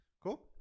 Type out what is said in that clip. Cool